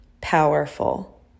Powerful